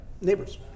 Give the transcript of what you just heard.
neighbors